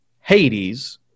hades